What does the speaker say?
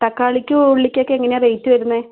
തക്കാളിക്കും ഉള്ളിക്കൊക്കെ എങ്ങനെയാണ് റേറ്റ് വരുന്നത്